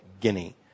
Guinea